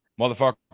motherfucker